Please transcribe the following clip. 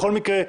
בכל מקרה,